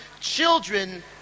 children